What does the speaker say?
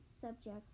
subject